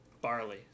barley